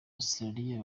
australia